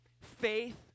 faith